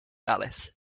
alice